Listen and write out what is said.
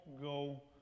go